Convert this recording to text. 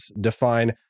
define